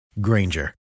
Granger